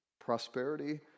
prosperity